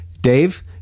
Dave